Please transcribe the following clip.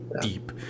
deep